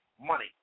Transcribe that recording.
Money